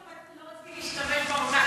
לא רציתי להשתמש במונח,